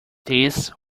this